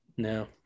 No